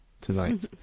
tonight